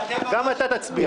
גם אתה תצביע.